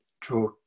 draw